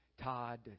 Todd